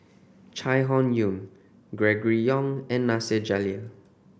Chai Hon Yoong Gregory Yong and Nasir Jalil